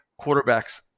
quarterbacks